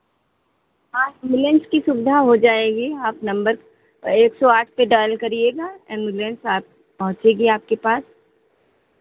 हाँ एम्बुलेंस की सुविधा हो जाएगी आप नंबर एक सौ आठ पे डायल करिएगा एम्बुलेंस आप पहुँचेगी आपके पास